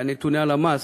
דוח נתוני הלמ"ס